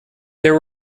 there